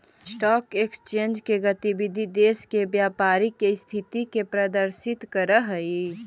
stock exchange के गतिविधि देश के व्यापारी के स्थिति के प्रदर्शित करऽ हइ